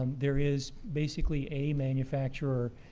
um there is basically a manufacturer,